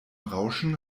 rauschen